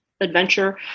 adventure